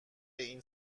این